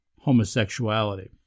homosexuality